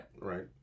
Right